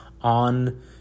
on